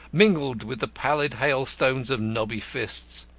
mingled with the pallid hailstones of knobby fists.